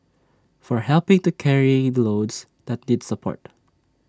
for helping to carrying loads that need support